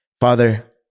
father